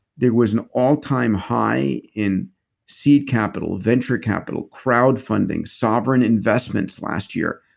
there was an all-time high in seed capital, venture capital, crowd funding sovereign investments last year,